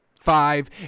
five